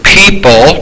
people